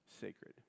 sacred